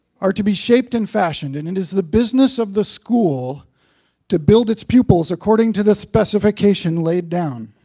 are to be shaped and fashioned. and it is the business of the school to build its pupils according to the specification laid down.